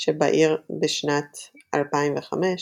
שבעיר בשנת 2005,